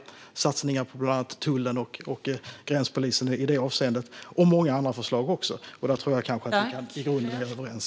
Vi vill göra satsningar på bland annat tullen och gränspolisen i det avseendet. Vi har många andra förslag också. Där tror jag att vi i grunden kanske är överens.